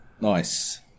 Nice